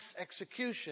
execution